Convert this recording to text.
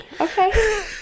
Okay